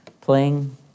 playing